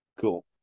Cool